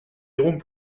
irons